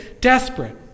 desperate